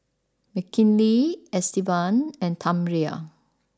Mckinley Estevan and Tamera